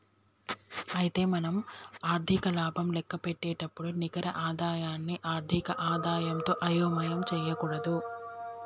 అయితే మనం ఆర్థిక లాభం లెక్కపెట్టేటప్పుడు నికర ఆదాయాన్ని ఆర్థిక ఆదాయంతో అయోమయం చేయకూడదు